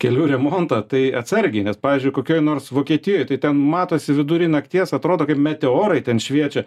kelių remontą tai atsargiai nes pavyzdžiui kokioj nors vokietijoj tai ten matosi vidury nakties atrodo kaip meteorai ten šviečia